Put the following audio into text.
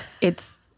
it's-